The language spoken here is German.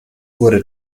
wurde